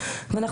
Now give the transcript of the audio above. לצורך העניין,